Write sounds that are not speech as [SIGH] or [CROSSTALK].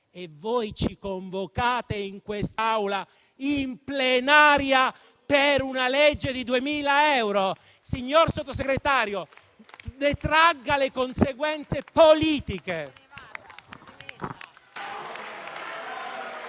e voi ci convocate in Aula, in plenaria, per una legge da 2.000 euro? [APPLAUSE] Signor Sottosegretario, ne tragga le conseguenze politiche.